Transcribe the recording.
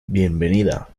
bienvenida